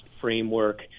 framework